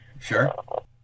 Sure